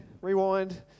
rewind